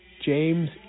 James